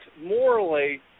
morally